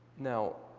now,